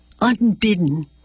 unbidden